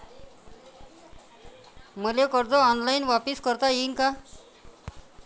मले कर्ज ऑनलाईन वापिस करता येईन का?